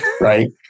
Right